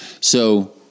So-